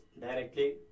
directly